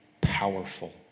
powerful